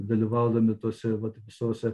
dalyvaudami tose vat visose